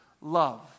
love